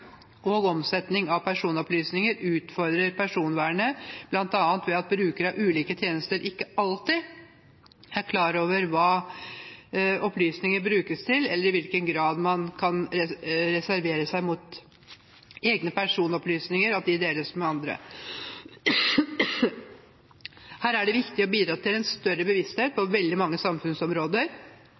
og omsetning av personopplysninger utfordrer personvernet, bl.a. ved at brukere av ulike tjenester ikke alltid er klar over hva opplysninger brukes til, eller i hvilken grad man kan reservere seg mot egne personopplysninger, og at de deles med andre. Her er det viktig å bidra til en større bevissthet om de problemstillingene på veldig mange samfunnsområder.